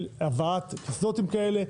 של הבאת קסדות כאלה,